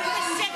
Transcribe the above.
שוביניסט,